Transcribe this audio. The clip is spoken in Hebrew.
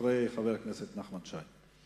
אחרי חבר הכנסת נחמן שי.